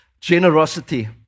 Generosity